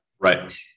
Right